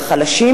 החלשים,